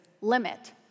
limit